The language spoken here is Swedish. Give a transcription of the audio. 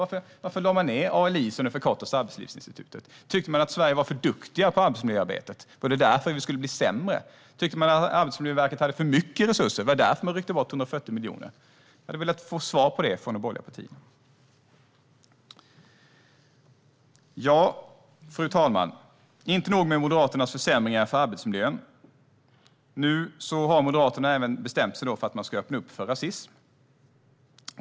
Varför lade man ned ALI, som det förkortas, alltså Arbetslivsinstitutet? Tyckte man att Sverige var för duktigt på arbetsmiljöarbete och att vi därför skulle bli sämre? Tyckte man att Arbetsmiljöverket hade för mycket resurser, och var det därför man ryckte bort 140 miljoner? Jag skulle vilja få svar på det från de borgerliga partierna. Fru talman! Inte nog med Moderaternas försämringar för arbetsmiljön, utan nu har Moderaterna även bestämt sig för att öppna för rasism.